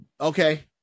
Okay